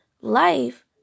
life